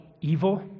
evil